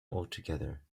altogether